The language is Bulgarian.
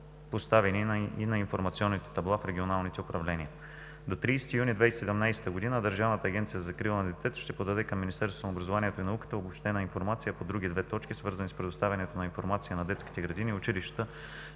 и на информационните табла в регионалните управления. До 30 юни 2017 г. Държавната агенция за закрила на детето ще подаде към Министерството на образованието и науката обобщена информация по други две точки, свързани с предоставянето на информация на детските градини и училищата